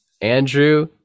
Andrew